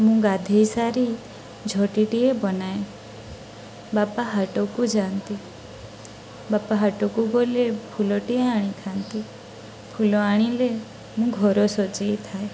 ମୁଁ ଗାଧେଇ ସାରି ଝୋଟିଟିଏ ବନାଏ ବାପା ହାଟକୁ ଯାଆନ୍ତି ବାପା ହାଟକୁ ଗଲେ ଫୁଲଟିଏ ଆଣିଥାନ୍ତି ଫୁଲ ଆଣିଲେ ମୁଁ ଘର ସଜେଇଥାଏ